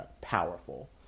powerful